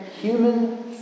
human